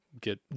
get